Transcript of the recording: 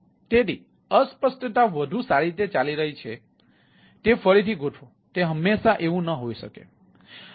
તેથી અસ્પષ્ટતા વધુ સારી રીતે ચાલી રહી છે તે ફરીથી ગોઠવો તે હંમેશાં એવું ન હોઈ શકે